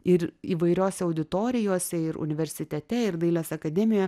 ir įvairiose auditorijose ir universitete ir dailės akademioje